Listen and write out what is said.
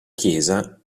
chiesa